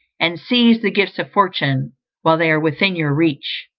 and seize the gifts of fortune while they are within your reach.